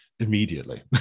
immediately